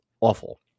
awful